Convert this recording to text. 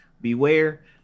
beware